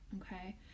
okay